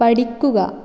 പഠിക്കുക